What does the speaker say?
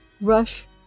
rush